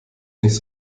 nicht